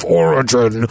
origin